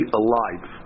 alive